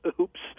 oops